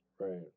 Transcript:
Right